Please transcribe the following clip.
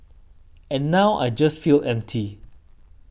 and now I just felt empty